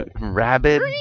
Rabbit